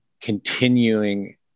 continuing